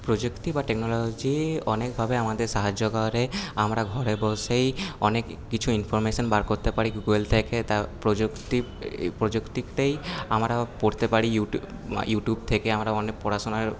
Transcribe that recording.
প্রযুক্তি বা টেকনোলোজি অনেকভাবে আমাদের সাহায্য করে আমরা ঘরে বসেই অনেক কিছু ইনফর্মেশন বার করতে পারি গুগল থেকে তা প্রযুক্তি প্রযুক্তিতেই আমরা পড়তে পারি ইউটিউব থেকে আমরা অনেক পড়াশোনাও